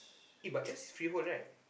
eh but as freehold right